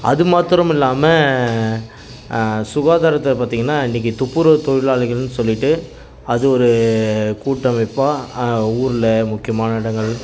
அது மாத்திரம் இல்லாமல் சுகாரத்தை பார்த்தீங்கன்னா இன்னிக்கு துப்புறவு தொழிலாளிகள்னு சொல்லிவிட்டு அது ஒரு கூட்டமைப்பாக ஊரில் முக்கியமான இடங்கள்